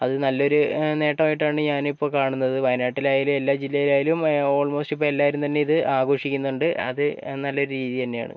അത് നല്ലൊരു നേട്ടമായിട്ടാണ് ഞാനിപ്പോൾ കാണുന്നത് വായനാട്ടിലായാലും എല്ലാ ജില്ലയിലായാലും ഓൾമോസ്റ്റ് ഇപ്പോൾ എല്ലാവരും തന്നെ ഇത് ആഘോഷിക്കുന്നുണ്ട് അത് നല്ലൊരു രീതിതന്നെയാണ്